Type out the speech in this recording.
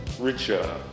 richer